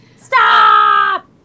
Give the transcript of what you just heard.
Stop